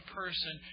person